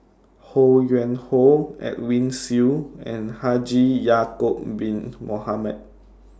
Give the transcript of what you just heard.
Ho Yuen Hoe Edwin Siew and Haji Ya'Acob Bin Mohamed